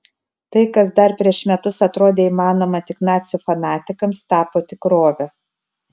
tai kas dar prieš metus atrodė įmanoma tik nacių fanatikams tapo tikrove